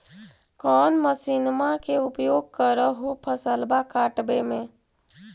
कौन मसिंनमा के उपयोग कर हो फसलबा काटबे में?